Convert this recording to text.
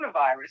coronavirus